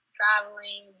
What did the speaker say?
traveling